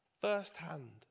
firsthand